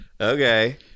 Okay